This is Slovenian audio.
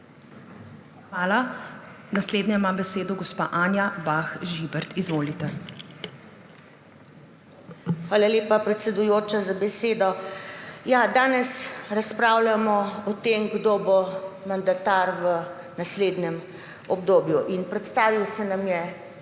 Hvala. Naslednja ima besedo gospa Anja Bah Žibert. Izvolite. ANJA BAH ŽIBERT (PS SDS): Hvala lepa, predsedujoča, za besedo. Danes razpravljamo o tem, kdo bo mandatar v naslednjem obdobju, in predstavil se nam je